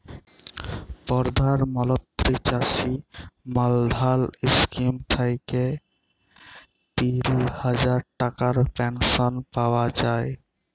পরধাল মলত্রি চাষী মাল্ধাল ইস্কিম থ্যাইকে তিল হাজার টাকার পেলশল পাউয়া যায়